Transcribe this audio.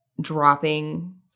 dropping